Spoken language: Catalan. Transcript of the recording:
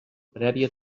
prèvia